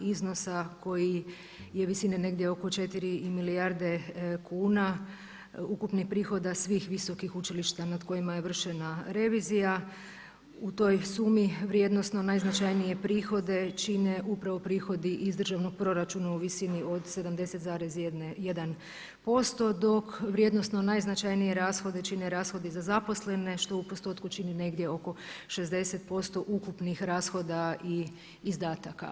iznosa koji je visine negdje oko 4 milijarde kuna ukupnih prihoda svih visokih učilišta nad kojima je vršena revizija u toj sumi vrijednosno najznačajniji prihod čine upravo prihodi iz državnog proračuna u visini od 70,1% dok vrijednosno najznačajnije rashode čine rashodi za zaposlene što u postotku čini negdje oko 60% ukupnih rashoda i izdataka.